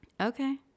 okay